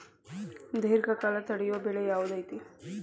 ದೇರ್ಘಕಾಲ ತಡಿಯೋ ಬೆಳೆ ಯಾವ್ದು ಐತಿ?